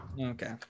okay